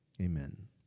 Amen